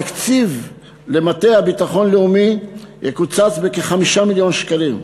התקציב למטה הביטחון הלאומי יקוצץ בכ-5 מיליון שקלים,